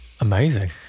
Amazing